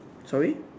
sorry